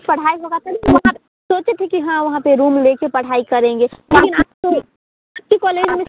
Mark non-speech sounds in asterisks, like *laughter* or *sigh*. पढ़ाई होगा *unintelligible* सोचे थे कि हाँ वहाँ पर रूम ले कर पढ़ाई करेंगे *unintelligible* उसी कौलेज में